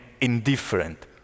indifferent